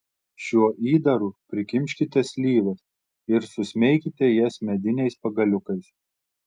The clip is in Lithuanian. šiuo įdaru prikimškite slyvas ir susmeikite jas mediniais pagaliukais